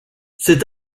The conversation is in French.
cet